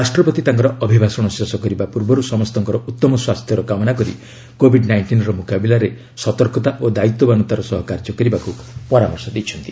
ରାଷ୍ଟ୍ରପତି ତାଙ୍କର ଅଭିଭାଷଣ ଶେଷ କରିବା ପୂର୍ବରୁ ସମସ୍ତଙ୍କର ଉତ୍ତମ ସ୍ୱାସ୍ଥ୍ୟର କାମନା କରି କୋଭିଡ୍ ନାଇଷ୍ଟିନ୍ର ମୁକାବିଲାରେ ସତର୍କତା ଓ ଦାୟିତ୍ୱବାନତାହ ସହ କାର୍ଯ୍ୟ କରିବାକୁ ପରାମର୍ଶ ଦେଇଛନ୍ତି